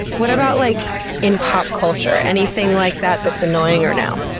what about like in pop culture, anything like that that's annoying or no?